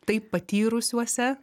tai patyrusiuose